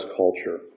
culture